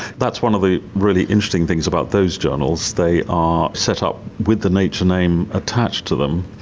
that's one of the really interesting things about those journals, they are set up with the nature name attached to them,